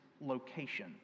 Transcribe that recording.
location